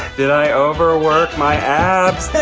did i over ah work my abs?